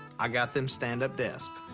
i got them stand-up desks.